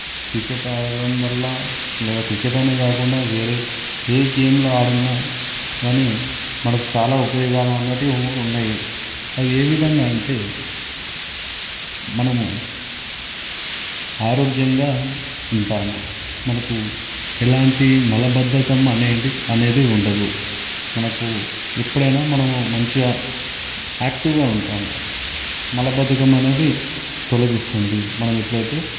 cricket ఆడటం వల్ల లేదా క్రికెట్ అనే కాకుండా వేరే ఏ గేమ్లు ఆడినా కానీ మనకు చాలా ఉపయోగాలు అనేవి ఉన్నాయి అవి ఏ విధంగా అంటే మనము ఆరోగ్యంగా ఉంటాము మనకు ఎలాంటి మలబద్దకం అనేడి అనేది ఉండదు మనకు ఎప్పుడైనా మనము మంచిగా యాక్టివ్గా ఉంటాము మలబద్ధకం అనేది తొలగి పోతుంది మనం ఎప్పుడైతే